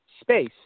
space